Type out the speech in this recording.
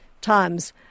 times